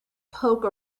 poke